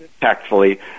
tactfully